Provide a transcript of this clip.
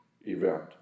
event